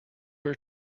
her